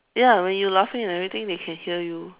ya when you laughing and everything they can hear you